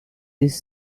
this